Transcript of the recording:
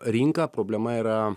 rinka problema yra